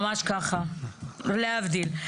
ממש ככה, להבדיל.